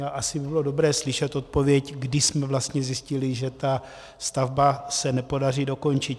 A asi by bylo dobré slyšet odpověď, kdy jsme vlastně zjistili, že tu stavbu se nepodaří dokončit.